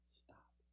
stop